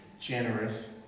Generous